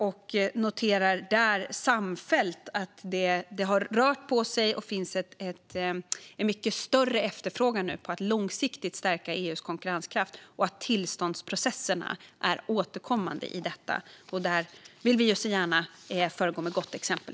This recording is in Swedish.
Vi noterade där samfällt att det har rört på sig och att det finns en mycket större efterfrågan på att långsiktigt stärka EU:s konkurrenskraft - liksom att tillståndsprocesserna är återkommande i detta. Där vill vi såklart gärna föregå med gott exempel.